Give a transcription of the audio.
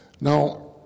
Now